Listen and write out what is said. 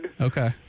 Okay